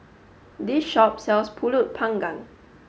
this shop sells Pulut panggang